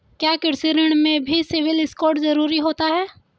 क्या कृषि ऋण में भी सिबिल स्कोर जरूरी होता है?